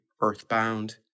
earthbound